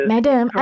Madam